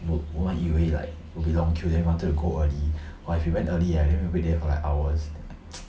我我们以为 like will be long queue then we wanted to go early !wah! if we went early right then we'll wait there for like hours